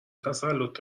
تسلط